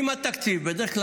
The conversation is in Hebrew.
בדרך כלל,